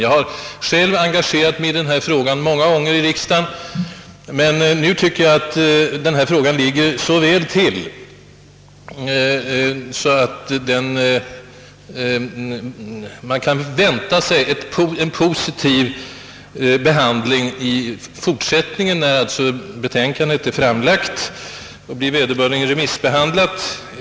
Jag har själv engagerat mig i denna fråga många gånger i riksdagen, men nu tycker jag att frågan ligger så väl till, att man kan vänta sig en positiv behandling i fortsättningen, när betänkandet är framlagt och blivit vederbörligen remissbehandlat.